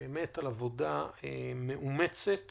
ולצוותה על עבודה באמת מאומצת